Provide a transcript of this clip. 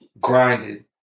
grinded